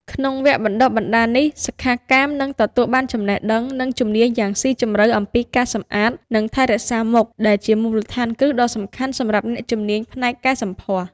ក្នុងវគ្គបណ្តុះបណ្តាលនេះ សិក្ខាកាមនឹងទទួលបានចំណេះដឹង និងជំនាញយ៉ាងស៊ីជម្រៅអំពីការសម្អាត និងថែរក្សាមុខ ដែលជាមូលដ្ឋានគ្រឹះដ៏សំខាន់សម្រាប់អ្នកជំនាញផ្នែកកែសម្ផស្ស។